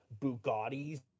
Bugattis